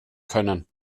können